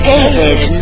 David